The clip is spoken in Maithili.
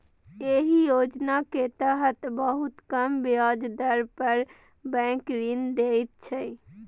एहि योजना के तहत बहुत कम ब्याज दर पर बैंक ऋण दै छै